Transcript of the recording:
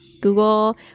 Google